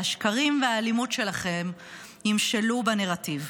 והשקרים והאלימות שלכם ימשלו בנרטיב.